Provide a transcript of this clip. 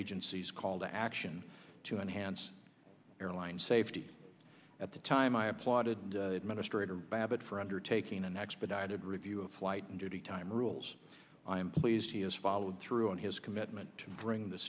agency's call to action to enhance airline safety at the time i applauded and administrator babbitt for undertaking an expedited review of flight and duty time rules i am pleased he has followed through on his commitment to bring the